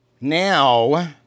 Now